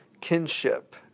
kinship